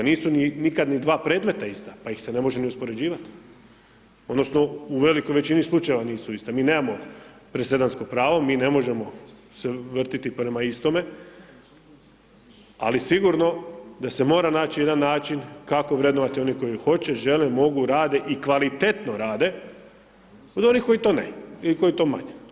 Nisu nikad ni dva predmeta ista, pa ih se ne može ni uspoređivati, odnosno u velikoj većini slučajeva nisu ista, mi nemamo presedansko pravo, mi ne možemo se vrtjeti prema istome, ali sigurno da se mora naći jedan način kako vrednovati one koji hoće, žele, mogu, rade i kvalitetno rade od onih koji to ne i koji to manje.